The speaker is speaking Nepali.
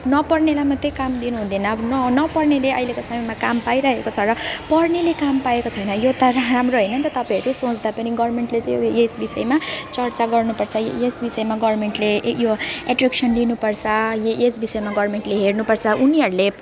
नपढ्नेलाई मात्रै काम दिनुहुँदैन अब न नपढ्नेले अहिलेको समयमा काम पाइरहेको छ तर पढ्नेले काम पाएको छैन यो त राम्रो होइन नि त तपाईँहरू सोच्दा पनि गभर्मेन्टले चाहिँ यस विषयमा चर्चा गर्नुपर्छ यस विषयमा गभर्मेन्टले यो एट्र्याक्सन लिनुपर्छ ए यस विषयमा गभर्मेन्टले हेर्नुपर्छ उनीहरूले